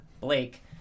Blake